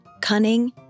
cunning